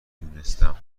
دونستم